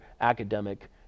academic